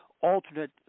alternate